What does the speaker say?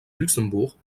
luxembourg